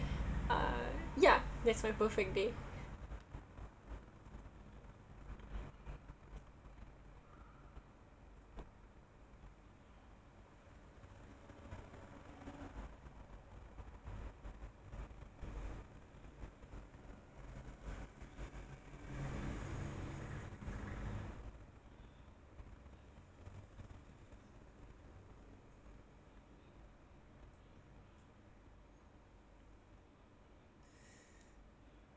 uh ya that's my perfect day